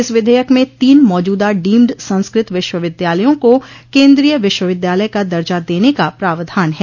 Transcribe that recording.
इस विधेयक में तीन मौज्दा डीम्ड संस्कृत विश्वविद्यालयों को केन्द्रीय विश्वविद्यालय का दर्जा देन का प्रावधान है